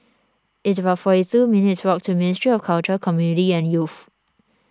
it's about forty two minutes' walk to Ministry of Culture Community and Youth